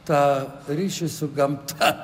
tą ryšį su gamta